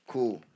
Cool